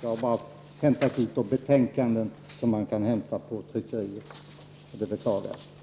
Jag har endast hämtat ut de betänkanden som man kan få på tryckeriet.